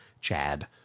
Chad